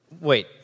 Wait